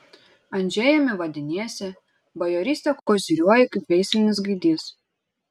andžejumi vadiniesi bajoryste koziriuoji kaip veislinis gaidys